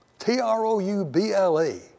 T-R-O-U-B-L-E